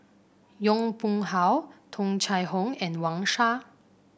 Yong Pung How Tung Chye Hong and Wang Sha